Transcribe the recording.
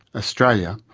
australia,